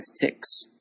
ticks